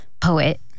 poet